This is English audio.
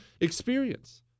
experience